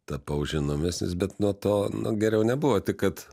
tapau žinomesnis bet nuo to geriau nebuvo tik kad